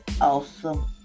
awesome